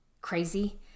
crazy